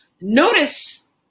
notice